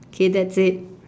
okay that's it